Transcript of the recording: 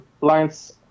lines